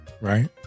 Right